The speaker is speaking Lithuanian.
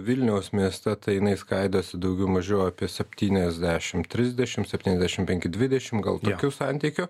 vilniaus mieste tai jinai skaidosi daugiau mažiau apie septyniasdešimt trisdešimt septyniasdešimt penki dvidešimt gal tokiu santykiu